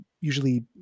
usually